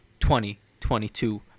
2022